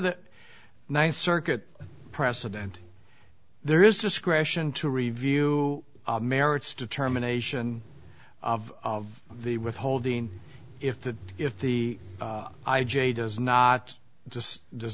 that nice circuit precedent there is discretion to review merits determination of the withholding if the if the i j a does not just does